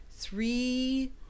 Three